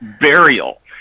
burial